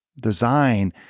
design